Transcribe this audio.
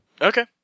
Okay